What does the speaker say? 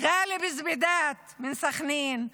ג'אלב זבידאת מסח'נין,